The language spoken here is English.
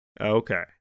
Okay